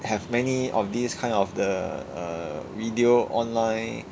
I have many of these kind of the uh video online